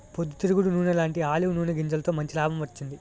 పొద్దు తిరుగుడు నూనెలాంటీ ఆలివ్ నూనె గింజలతో మంచి లాభం వచ్చింది